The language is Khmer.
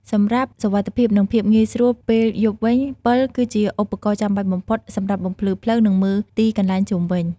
សម្រាប់សុវត្ថិភាព និងភាពងាយស្រួលពេលយប់វិញ ពិល គឺជាឧបករណ៍ចាំបាច់បំផុតសម្រាប់បំភ្លឺផ្លូវ និងមើលទីកន្លែងជុំវិញ។